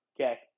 okay